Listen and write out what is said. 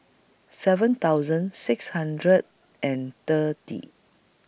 seven thousand six hundred and thirty